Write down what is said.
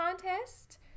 contest